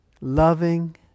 Loving